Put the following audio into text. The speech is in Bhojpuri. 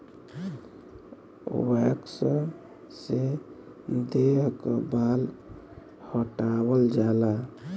वैक्स से देह क बाल हटावल जाला